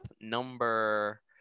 number